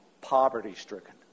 poverty-stricken